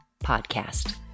Podcast